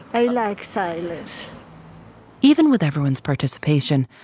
i like silence even with everyone's participation,